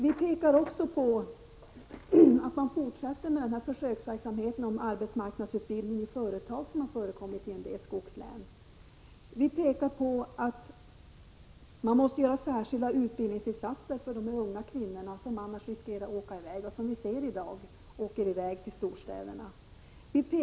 Vi framför också att man bör fortsätta med den försöksverksamhet med arbetsmarknadsutbildning i företag som har förekommit i en del skogslän. Vi föreslår särskilda utbildningsinsatser för de unga kvinnorna, för annars är det risk för att de åker i väg till storstäderna — det ser vi redan nu.